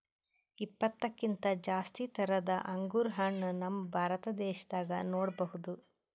ಇಪ್ಪತ್ತಕ್ಕಿಂತ್ ಜಾಸ್ತಿ ಥರದ್ ಅಂಗುರ್ ಹಣ್ಣ್ ನಮ್ ಭಾರತ ದೇಶದಾಗ್ ನೋಡ್ಬಹುದ್